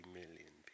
million